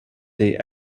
they